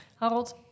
Harold